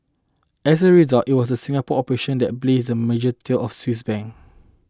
as a result it was the Singapore operation that blazed the merger trail of Swiss Bank